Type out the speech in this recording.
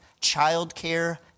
childcare